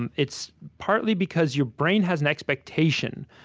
and it's partly because your brain has an expectation,